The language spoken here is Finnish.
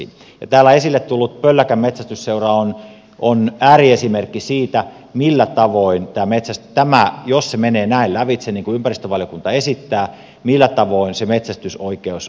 täällä esille tullut pölläkän metsästysseura on ääriesimerkki siitä millä tavoin tämä metsästysoikeus jos se menee näin lävitse niin kuin ympäristövaliokunta esittää rajaantuu